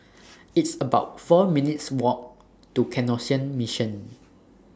It's about four minutes' Walk to Canossian Mission